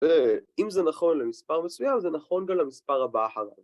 ‫ואם זה נכון למספר מסוים, ‫זה נכון גם למספר הבא אחריו.